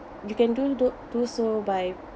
you can do do so by